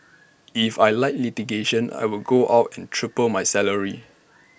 if I liked litigation I would go out and triple my salary